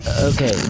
Okay